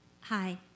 Hi